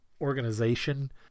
organization